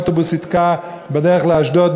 אוטובוס נתקע בדרך לאשדוד,